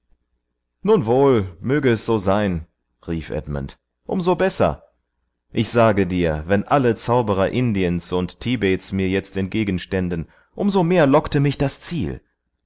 nun wohl möge es so sein rief edmund um so besser ich sage dir wenn alle zauberer indiens und tibets mir jetzt entgegenständen um so mehr lockte mich das ziel